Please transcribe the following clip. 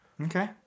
okay